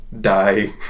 die